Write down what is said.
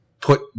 Put